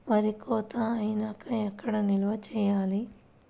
వరి కోత అయినాక ఎక్కడ నిల్వ చేయాలి?